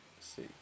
See